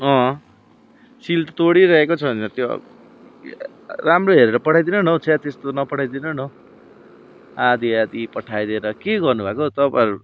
अँ सिल त तोडिराखेको छ त्यो राम्रो हेरेर पठाइदिनु न हौ छ्या त्यस्तो नपठाइदिनु न हौ आधा आधा पठाइदिएर के गर्नु भएको हौ तपाईँहरू